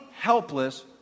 helpless